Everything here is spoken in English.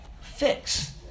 fix